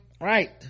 Right